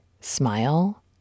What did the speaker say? smile